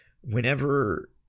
Whenever